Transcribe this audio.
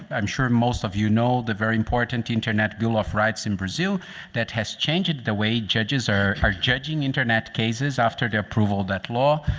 i'm sure most of you know the very important internet bill of rights in brazil that has changed the way judges are are judging internet cases after the approval of that law.